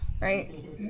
Right